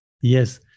Yes